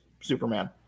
Superman